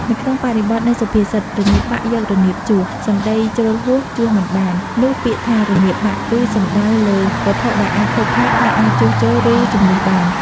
នៅក្នុងបរិបទនៃសុភាសិត "រនាបបាក់ យករនាបជួស សម្តីជ្រុលហួស ជួសមិនបាន" នោះពាក្យថា"រនាបបាក់" គឺសំដៅលើ វត្ថុដែលអាចខូចខាត ហើយអាចជួសជុល ឬជំនួសបាន។